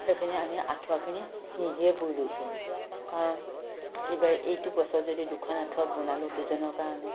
সেইখিনি আমি আঁঠুৱাখিনি নিজে বুই লৈছিলোঁ কাৰণ এইবাৰ এইটো বছৰ যদি দুখন আঁঠুৱা বনালোঁ দুজনৰ কাৰণে